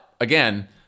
Again